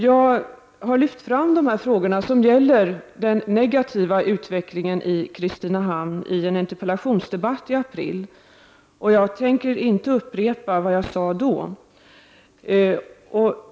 Jag har lyft fram de här frågorna, som gäller den negativa utvecklingen i Kristineham, i en interpellationsdebatt i april. Jag tänker inte upprepa vad jag då sade.